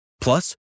Plus